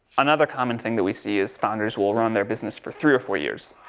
another common thing that we see is founders will run their business for three or four years,